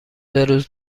روز